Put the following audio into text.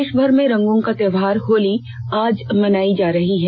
देश भर में रंगों का त्योहार होली आज मनाई जा रही है